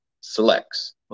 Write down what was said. selects